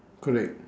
correct